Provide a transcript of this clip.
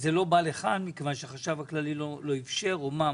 וזה לא בא לכאן מכיוון שהחשב הכללי לא איפשר או מה?